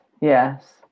yes